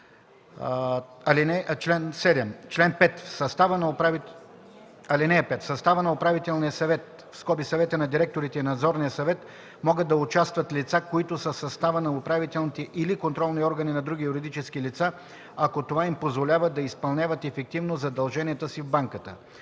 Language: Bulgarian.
изложена. (5) В състава на управителния съвет (съвета на директорите) и на надзорния съвет могат да участват лица, които са в състава на управителните или контролни органи на други юридически лица, ако това им позволява да изпълняват ефективно задълженията си в банката.